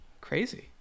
Crazy